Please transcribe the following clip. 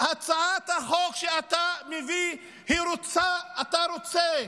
הצעת החוק שאתה מביא, אתה רוצה,